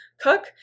cook